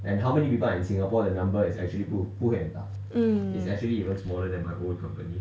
mm